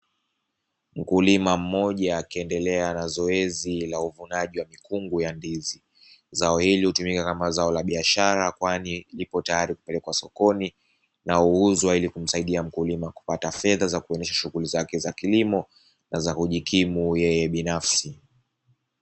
Mkulima mmoja akiendelea na zoezi la uvunaji wa mikungu ya ndizi ,zao hili hutumika kama zao la biashara kwani liko tayari kupelekwa sokoni na uuzwa ili kumsaidia mkulima kupata fedha kwaajili ya shughuli zake za kilimo na zakujikimu yeye binafsi